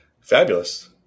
Fabulous